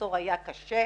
המחסור היה קשה,